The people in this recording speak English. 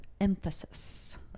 emphasis